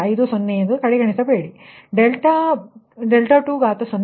50 ಕಡೆಗಣಿಸಬೇಡಿ ನಂತರ ∆2 0